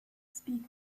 speak